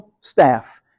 staff